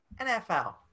NFL